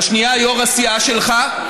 והשנייה היא יו"ר הסיעה שלך.